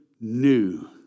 new